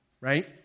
right